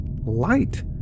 light